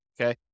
Okay